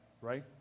right